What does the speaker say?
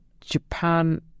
Japan